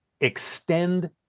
extend